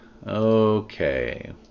Okay